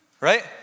right